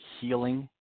healing